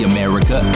America